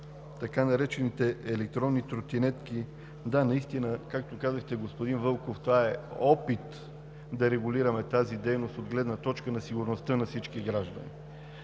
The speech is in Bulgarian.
така наречените електронни тротинетки. Да, наистина, както казахте господин Вълков, това е опит да регулираме тази дейност от гледна точка на сигурността на всички граждани.